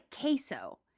queso